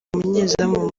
umunyezamu